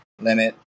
limit